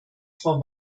frau